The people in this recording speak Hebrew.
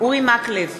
אורי מקלב,